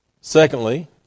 Secondly